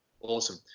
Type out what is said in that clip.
awesome